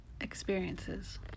experiences